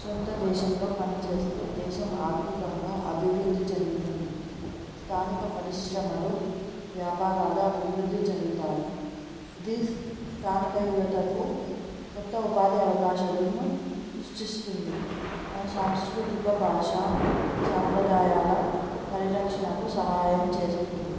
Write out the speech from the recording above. సొంత దేశంలో పనిచేస్తే దేశం ఆర్థికంగా అభివృద్ధి చెందుతుంది స్థానిక పరిశ్రమలు వ్యాపారాలు అభివృద్ధి చెందుతాయి ఇది స్థానిక యువతకు కొత్త ఉపాధి అవకాశాలను సృష్టిస్తుంది మన సాంస్కృతిక భాష సాంప్రదాయాల పరిరక్షణకు సహాయం చేస్తుంది